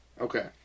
Okay